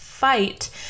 fight